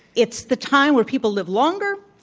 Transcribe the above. it's the time where people live longer.